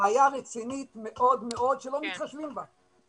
בעיה רצינית מאוד מאוד שלא מתחשבים בה.